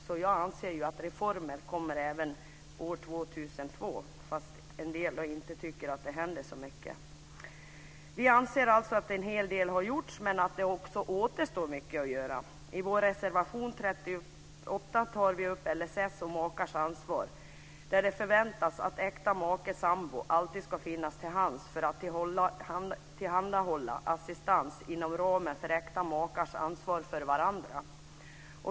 Så det kommer reformer även 2002, även om en del tycker att det inte händer så mycket. Vi i Vänsterpartiet anser att en hel del har gjorts men att det också återstår mycket att göra. I vår reservation 38 tar vi upp LSS och makars ansvar där det förväntas att äkta make eller sambo alltid ska finnas till hands för att tillhandahålla assistans inom ramen för äkta makars ansvar för varandra.